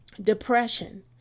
Depression